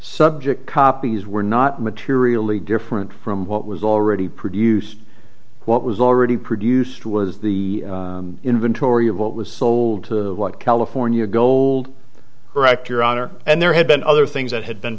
subject copies were not materially different from what was already produced what was already produced was the inventory of what was sold to what california gold wrecked your honor and there had been other things that had been